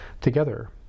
together